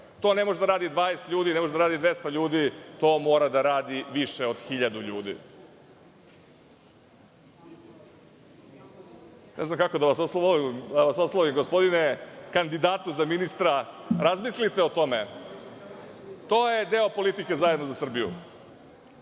To ne može da radi 20 ljudi, 200 ljudi, to mora da radi više od hiljadu ljudi. Ne znam kako da vas oslovim, gospodine kandidatu za ministra, razmislite o tome. To je deo politike Zajedno za Srbiju.